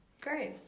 great